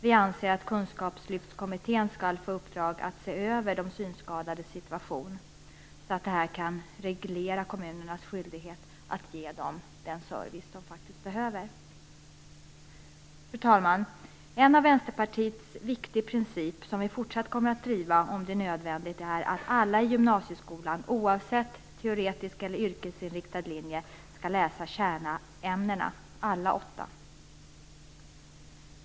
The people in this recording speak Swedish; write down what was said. Vi anser att Kunskapslyftskommittén skall få i uppdrag att se över de synskadades situation så att kommunernas skyldighet att ge dem den service de behöver kan regleras. Fru talman! En viktig princip för Vänsterpartiet, som vi kommer att fortsätta driva om det är nödvändigt, är att alla i gymnasieskolan, oavsett om de går teoretisk eller yrkesinriktad linje, skall läsa alla åtta kärnämnena.